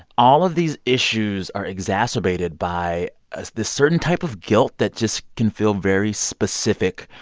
all of these issues are exacerbated by ah this certain type of guilt that just can feel very specific